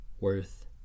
worth